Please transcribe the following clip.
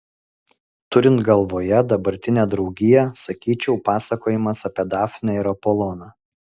turint galvoje dabartinę draugiją sakyčiau pasakojimas apie dafnę ir apoloną